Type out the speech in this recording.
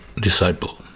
disciple